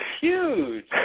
Huge